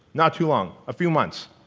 not too long, a few months.